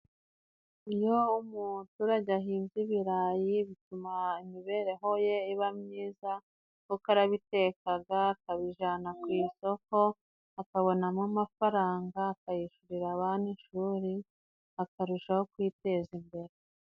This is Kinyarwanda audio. Iyo umuturage ahinze ibirayi bituma imibereho ye iba myiza, kuko arabitekaga, akabijana ku isoko, akabonamo amafaranga akayishyurira abana ishuri akarushaho kwiteza imbere.